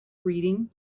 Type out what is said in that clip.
reading